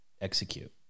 execute